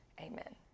Amen